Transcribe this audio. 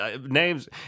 Names